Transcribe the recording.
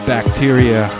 Bacteria